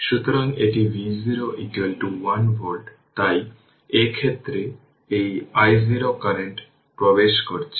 সুতরাং এটি V0 1 volt তাই এই ক্ষেত্রে এই i0 কারেন্ট প্রবেশ করছে